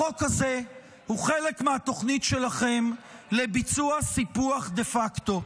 החוק הזה הוא חלק מהתוכנית שלכם לביצוע סיפוח דה פקטו.